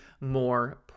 more